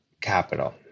capital